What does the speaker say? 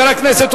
כן.